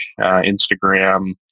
instagram